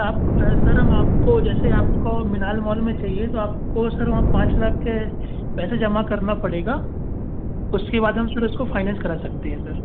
आप सर हम आपको जैसे आपको मिनाल मॉल में चाहिए तो आपको सर वहाँ पाँच लाख के पैसे जमा करना पड़ेगा उसके बाद हम सुरेश को फाइनेंस करा सकते हैं सर